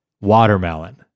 Watermelon